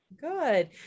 Good